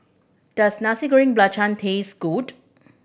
does Nasi Goreng Belacan taste good